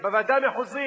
בוועדה המחוזית,